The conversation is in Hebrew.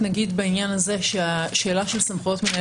בעניין הזה נגיש שהשאלה של סמכויות מנהל